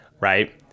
right